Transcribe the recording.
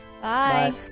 Bye